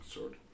Sword